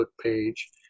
page